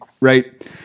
Right